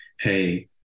hey